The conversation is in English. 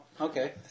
Okay